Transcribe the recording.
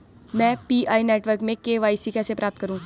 मैं P I network में KYC कैसे प्राप्त करूँ?